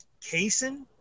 Cason